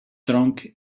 tronc